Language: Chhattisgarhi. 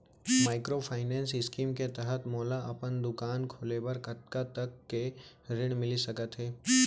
माइक्रोफाइनेंस स्कीम के तहत मोला अपन दुकान खोले बर कतना तक के ऋण मिलिस सकत हे?